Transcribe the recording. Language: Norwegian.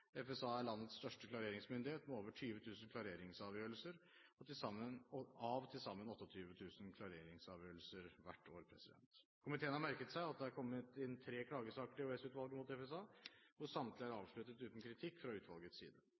FSA er landets største klareringsmyndighet, med over 20 000 klareringsavgjørelser av til sammen 28 000 klareringsavgjørelser hvert år. Komiteen har merket seg at det har kommet inn tre klagesaker til EOS-utvalget mot FSA, hvor samtlige er avsluttet uten kritikk fra utvalgets side.